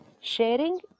Sharing